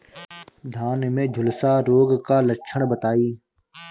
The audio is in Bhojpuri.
धान में झुलसा रोग क लक्षण बताई?